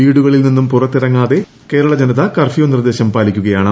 വീടുകളിൽ നിന്ന് പുറത്തിറങ്ങാതെ കേരള ജനത കർഫ്യൂ നിർദേശം പാലിക്കുകയാണ്